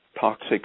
toxic